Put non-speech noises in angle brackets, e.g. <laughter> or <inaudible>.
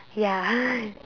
ya <laughs>